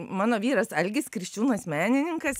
mano vyras algis kriščiūnas menininkas